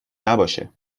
نباشه